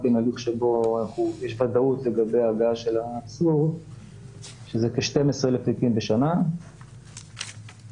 אתם אפילו לא מסוגלים לומר כמה דיונים בשנה הם בסל